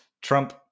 trump